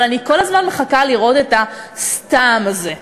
אבל אני כל הזמן מחכה לראות את ה"סתם" הזה.